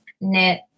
knit